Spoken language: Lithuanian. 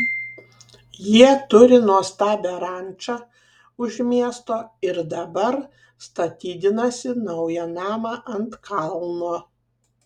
jie turi nuostabią rančą už miesto ir dabar statydinasi naują namą ant kalno